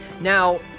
Now